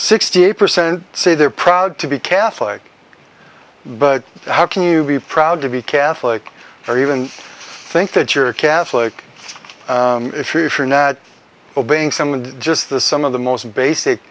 eight percent say they're proud to be catholic but how can you be proud to be catholic or even think that you're a catholic if you're if you're not obeying someone just the some of the most basic